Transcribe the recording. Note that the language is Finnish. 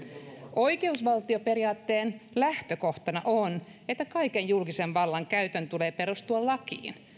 oikeusvaltioperiaatteen lähtökohtana on että kaiken julkisen vallan käytön tulee perustua lakiin